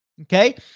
okay